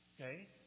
Okay